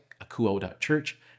akuo.church